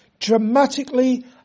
dramatically